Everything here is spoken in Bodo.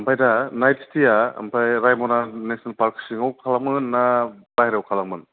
ओमफाय दा नाइत स्तेआ ओमफाय रायमना नेसनेल पार्क सिङाव खालामो ना बायजोआव खालामो